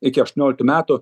iki aštuonioliktų metų